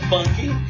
Funky